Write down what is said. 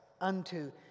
unto